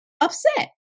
upset